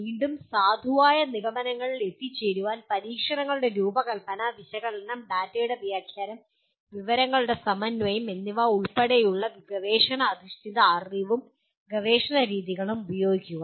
വീണ്ടും സാധുവായ നിഗമനങ്ങളിൽ എത്തിച്ചേരാൻ പരീക്ഷണങ്ങളുടെ രൂപകൽപ്പന വിശകലനം ഡാറ്റയുടെ വ്യാഖ്യാനം വിവരങ്ങളുടെ സമന്വയം എന്നിവ ഉൾപ്പെടെയുള്ള ഗവേഷണ അധിഷ്ഠിത അറിവും ഗവേഷണ രീതികളും ഉപയോഗിക്കുക